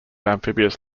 amphibious